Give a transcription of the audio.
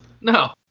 No